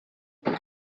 elle